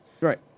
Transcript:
Right